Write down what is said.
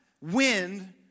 wind